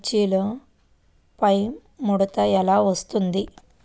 మిర్చిలో పైముడత ఎలా వస్తుంది?